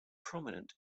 prominent